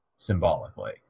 symbolically